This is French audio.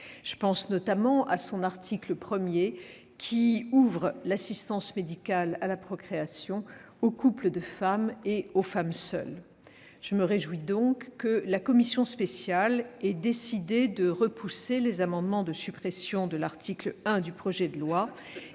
Je pense notamment à son article 1, qui ouvre l'assistance médicale à la procréation (AMP) aux couples de femmes et aux femmes seules. Je me réjouis donc que la commission spéciale ait décidé de repousser les amendements de suppression de l'article 1 du projet de loi.